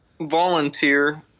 Volunteer